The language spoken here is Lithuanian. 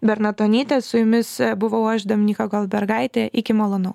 bernatonytės su jumis buvau aš dominyka goldbergaitė iki malonaus